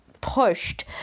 pushed